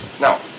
Now